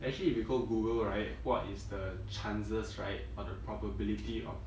actually if you go google right what is the chances right on the probability of